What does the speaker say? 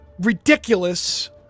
ridiculous